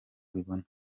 abibona